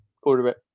quarterback